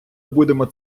будемо